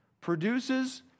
produces